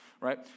right